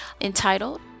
entitled